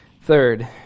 Third